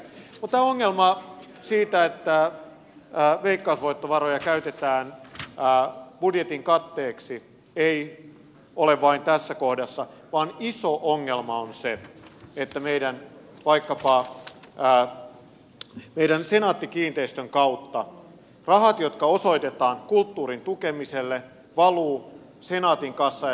mutta ongelma ei ole vain tässä kohdassa että veikkausvoittovaroja käytetään budjetin katteeksi ei ole vain tässä kohdassa vaan iso ongelma on se että vaikkapa meidän senaatti kiinteistöjen kautta rahat jotka osoitetaan kulttuurin tukemiselle valuvat senaatin kassaan ja sitä kautta valtiovarainministeriölle